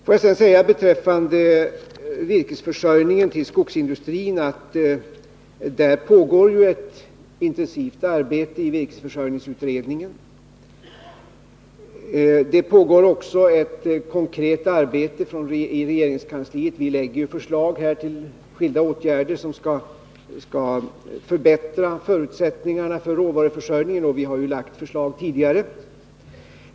Får jag sedan säga beträffande virkesförsörjningen till skogsindustrin att det pågår ett intensivt arbete i virkesförsörjningsutredningen. Det pågår också ett konkret arbete i regeringskansliet. Vi lägger fram förslag till skilda åtgärder som skall förbättra förutsättningarna för råvaruförsörjningen, och vi har också tidigare lagt fram sådana förslag.